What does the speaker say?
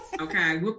okay